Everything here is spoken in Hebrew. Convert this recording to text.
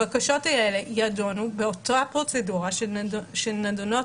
הבקשות האלה יידונו באותה הפרוצדורה שנידונות